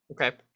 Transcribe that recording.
Okay